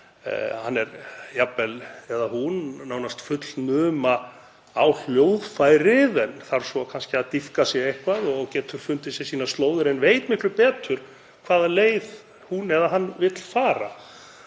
hann er jafnvel nánast fullnuma á hljóðfæri, þarf kannski að dýpka sig eitthvað en getur fundið sér sínar slóðir eða veit miklu betur hvaða leið hann vill fara.